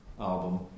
album